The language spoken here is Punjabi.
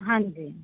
ਹਾਂਜੀ